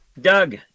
Doug